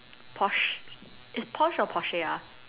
Porsche is Porsche or Porsche ah